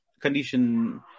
condition